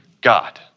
God